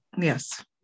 Yes